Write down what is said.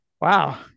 Wow